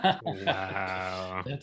Wow